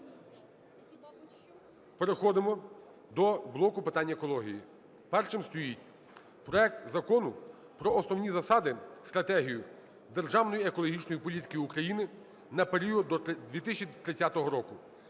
переходимо до блоку питань екології. Першим стоїть проект Закону про Основні засади (стратегію) державної екологічної політики України на період до 2030 року.